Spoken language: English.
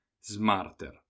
SMARTER